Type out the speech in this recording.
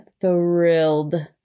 thrilled